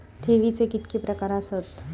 ठेवीचे कितके प्रकार आसत?